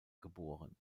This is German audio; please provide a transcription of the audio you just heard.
geboren